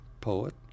poet